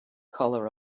color